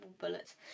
bullets